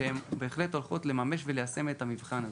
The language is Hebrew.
שהן בהחלט הולכות לממש וליישם את המבחן הזה.